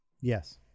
Yes